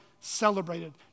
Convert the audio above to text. celebrated